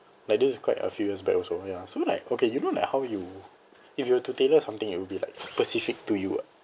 like this is quite a few years back also ya so like okay you know like how you if you were to tailor something it would be like specific to you what